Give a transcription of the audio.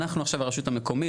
אנחנו עכשיו הרשות המקומית,